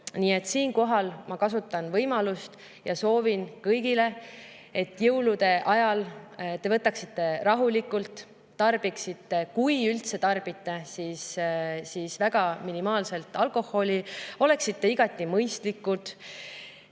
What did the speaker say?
Siinkohal ma kasutan võimalust ja soovin kõigile, et te võtaksite jõulude ajal rahulikult, tarbiksite – kui üldse tarbite – väga minimaalselt alkoholi ja oleksite igati mõistlikud,